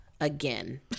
again